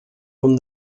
from